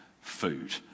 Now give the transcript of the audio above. food